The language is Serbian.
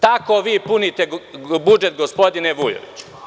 Tako vi punite budžet gospodine Vujoviću.